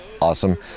awesome